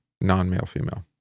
non-male-female